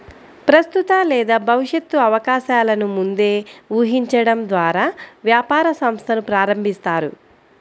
ప్రస్తుత లేదా భవిష్యత్తు అవకాశాలను ముందే ఊహించడం ద్వారా వ్యాపార సంస్థను ప్రారంభిస్తారు